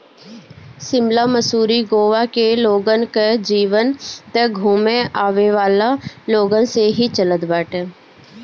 शिमला, मसूरी, गोवा के लोगन कअ जीवन तअ घूमे आवेवाला लोगन से ही चलत बाटे